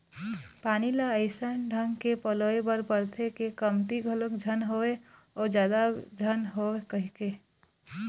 पानी ल अइसन ढंग के पलोय बर परथे के कमती घलोक झन होवय अउ जादा झन होवय कहिके